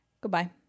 Goodbye